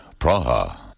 Praha